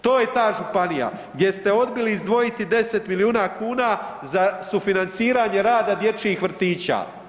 To je ta županija, gdje ste odbili izdvojiti 10 milijuna kuna za sufinanciranje rada dječjih vrtića.